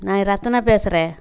நான் ரத்தனா பேசுகிறேன்